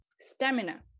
stamina